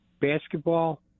basketball